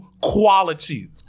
quality